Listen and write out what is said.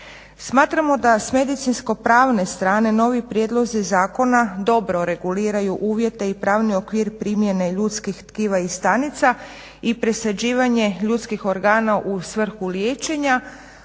Smatramo da s medicinsko-pravne strane novi prijedlozi zakona dobro reguliraju uvjete i pravni okvir primjene ljudskih tkiva i stanica i presađivanje ljudskih organa u svrhu liječenja,